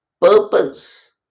purpose